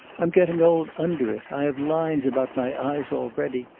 i'm getting old under it. i have lines about my eyes already.